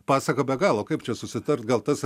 pasaka be galo kaip čia susitart gal tas